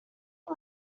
ate